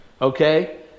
okay